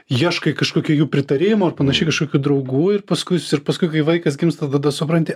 ieškai kažkokio jų pritarimo ar panašiai kažkokių draugų ir paskui ir paskui kai vaikas gimsta tada supranti